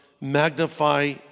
magnify